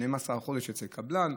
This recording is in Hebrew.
12 חודשים אצל קבלן,